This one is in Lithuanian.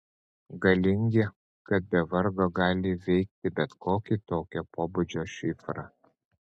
galingi kad be vargo gali įveikti bet kokį tokio pobūdžio šifrą